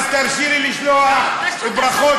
אז תרשי לי לשלוח ברכות,